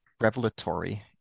revelatory